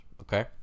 okay